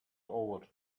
over